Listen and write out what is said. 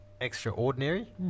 extraordinary